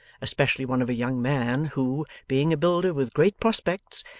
especially one of a young man, who, being a builder with great prospects,